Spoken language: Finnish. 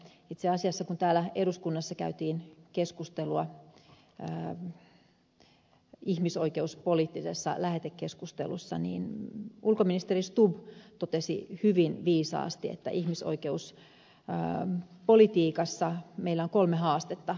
itse asiassa kun täällä eduskunnassa käytiin keskustelua ihmisoikeuspoliittisessa lähetekeskustelussa niin ulkoministeri stubb totesi hyvin viisaasti että ihmisoikeuspolitiikassa meillä on kolme haastetta